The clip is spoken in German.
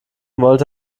wollte